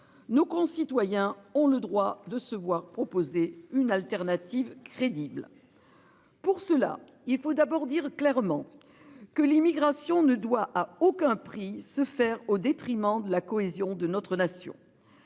Nos concitoyens ont le droit de se voir proposer une alternative crédible. Pour cela il faut d'abord dire clairement. Que l'immigration ne doit à aucun prix se faire au détriment de la cohésion de notre nation.